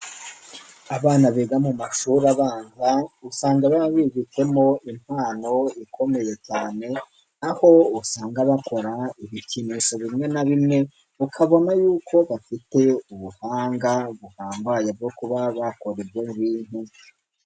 Abana biga mu mashuri abanza, usanga baba bibitsemo impano ikomeye cyane, aho usanga bakora ibikinisho bimwe na bimwe, ukabona y'uko bafite ubuhanga, buhambaye bwo kuba bakorarwa ibyo ngibyo.